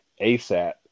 ASAP